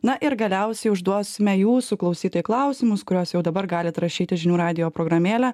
na ir galiausiai užduosime jūsų klausytojų klausimus kuriuos jau dabar galit rašyti žinių radijo programėle